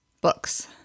books